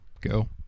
Go